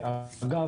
אגב,